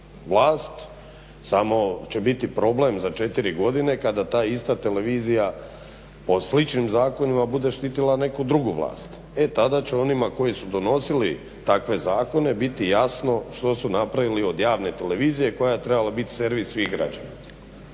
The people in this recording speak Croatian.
vlast, samo će biti problem za 4 godine kada ta ista televizija po sličnim zakonima bude štitila neku drugu vlast. E tada će onima koji su donosili takve zakone biti jasno što su napravili od javne televizije koja je trebala biti servis svih građana.